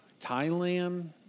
Thailand